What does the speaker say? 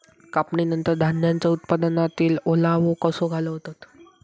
कापणीनंतर धान्यांचो उत्पादनातील ओलावो कसो घालवतत?